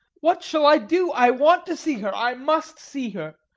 what shall i do? i want to see her i must see her!